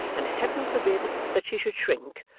and heaven forbid that she should shrink,